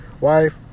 wife